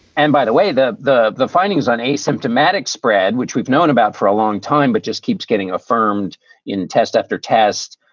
and by the way, that the the findings on asymptomatic spread, which we've known about for a long time but just keeps getting affirmed in test after test,